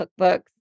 cookbooks